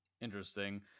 interesting